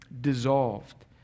dissolved